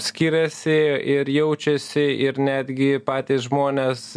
skiriasi ir jaučiasi ir netgi patys žmonės